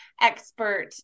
expert